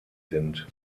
sind